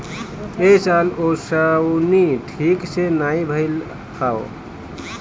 ए साल ओंसउनी ठीक से नाइ भइल हअ